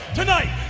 tonight